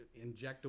injectable